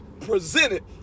presented